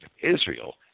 Israel